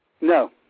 No